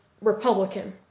Republican